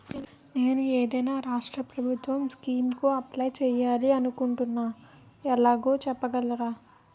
నేను ఏదైనా రాష్ట్రం ప్రభుత్వం స్కీం కు అప్లై చేయాలి అనుకుంటున్నా ఎలాగో చెప్పగలరా?